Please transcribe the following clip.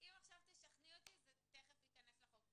שאם תשכנעי אותי אז מיד זה ייכנס לחוק.